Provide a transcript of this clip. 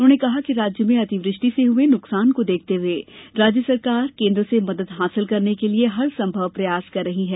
उन्होंने कहा कि राज्य में अतिवृष्टि से हए नुकसान को देखते हुए राज्य सरकार केन्द्र से मदद हासिल करने के लिये हर संभव प्रयास कर रही है